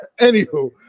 Anywho